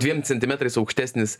dviem centimetrais aukštesnis